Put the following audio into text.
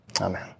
Amen